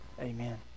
Amen